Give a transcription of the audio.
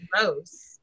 gross